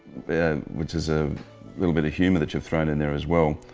and which is a little bit of humour that you've thrown in there as well,